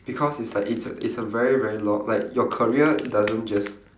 because it's like it's a it's a very very lo~ like your career doesn't just